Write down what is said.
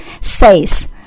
Says